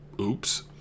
Oops